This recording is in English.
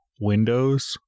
windows